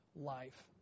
life